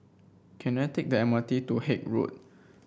can I take the M R T to Haig Road